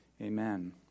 Amen